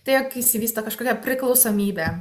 tai jog išsivysto kažkokia priklausomybė